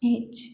अछि